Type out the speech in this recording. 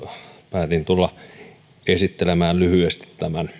päätin tulla esittelemään tämän lyhyesti